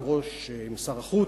עם שר החוץ,